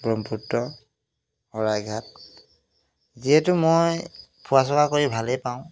ব্ৰহ্মপুত্ৰ শৰাইঘাট যিহেতু মই ফুৰা চকা কৰি ভালেই পাওঁ